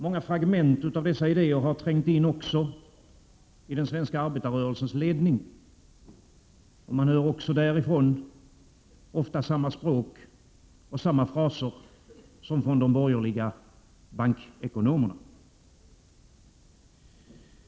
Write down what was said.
Många fragment av dessa idéer har trängt in också i den svenska arbetarrörelsens ledning. Man hör även därifrån ofta samma språk och samma fraser som från de borgerliga bankekonomerna.